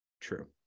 True